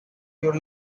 your